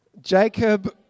Jacob